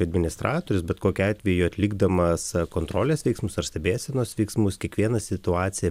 administratorius bet kokiu atveju atlikdamas kontrolės veiksmus ar stebėsenos veiksmus kiekvieną situaciją